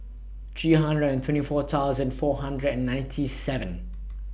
three hundred and twenty four thousand four hundred and ninety seven